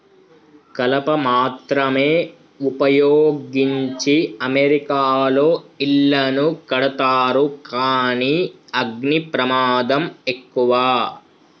కలప మాత్రమే వుపయోగించి అమెరికాలో ఇళ్లను కడతారు కానీ అగ్ని ప్రమాదం ఎక్కువ